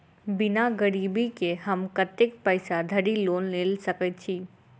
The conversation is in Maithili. बिना गिरबी केँ हम कतेक पैसा धरि लोन गेल सकैत छी?